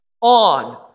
on